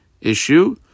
issue